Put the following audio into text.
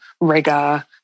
rigor